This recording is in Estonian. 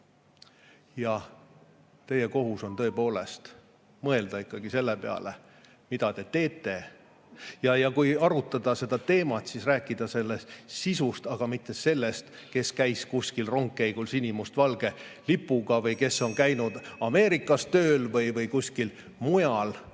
Ja teie kohus on tõepoolest mõelda selle peale, mida te teete. Kui arutada seda teemat, siis tuleb rääkida selle sisust, aga mitte sellest, kes käis kuskil rongkäigul sinimustvalge lipuga või kes on käinud Ameerikas tööl või kuskil mujal.